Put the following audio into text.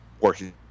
working